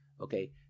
okay